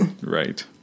Right